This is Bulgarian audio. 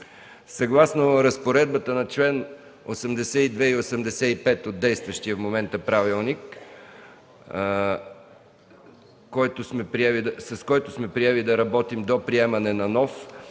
Съгласно разпоредбата на чл. 82 и чл. 85 от действащия в момента правилник, с който сме приели да работим до приемане на нов,